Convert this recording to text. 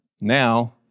Now